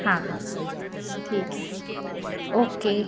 हाँ हाँ हाँ ठीक है ओके